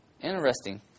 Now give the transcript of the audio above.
Interesting